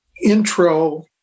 intro